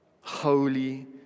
Holy